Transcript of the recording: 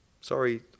Sorry